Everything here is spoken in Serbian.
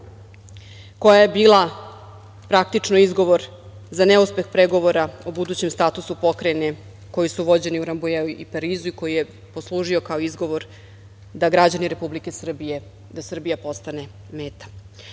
koja je bila, praktično, izgovor za neuspeh pregovora o budućem statusu pokrajine, koji su vođeni u Rambujeu i u Parizu i koji je poslužio kao izgovor da građani Republike Srbije, da Srbija postane meta. Ovaj